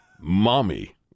Mommy